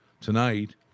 tonight